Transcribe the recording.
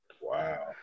Wow